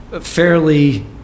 fairly